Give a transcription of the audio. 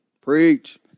preach